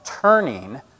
turning